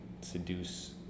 seduce